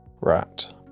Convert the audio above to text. Rat